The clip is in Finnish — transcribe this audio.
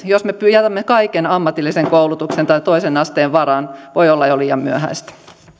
jos me me jätämme kaiken ammatillisen koulutuksen tai toisen asteen varaan voi olla jo liian myöhäistä